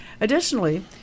Additionally